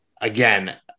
Again